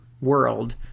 World